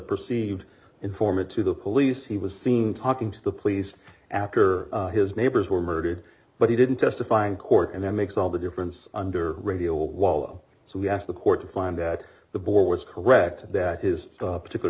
perceived informant to the police he was seen talking to the police after his neighbors were murdered but he didn't testify in court and that makes all the difference under radio while so we asked the court to find out the board's correct that his particular